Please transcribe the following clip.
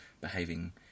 behaving